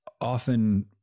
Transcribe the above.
Often